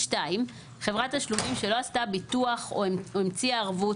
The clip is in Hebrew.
חברת תשלומים שלא עשתה ביטוח או המציאה ערבות,